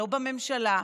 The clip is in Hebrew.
לא בממשלה,